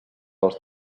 els